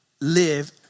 live